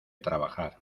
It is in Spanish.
trabajar